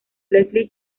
leslie